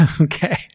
Okay